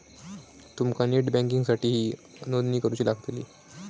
तुमका नेट बँकिंगसाठीही नोंदणी करुची लागतली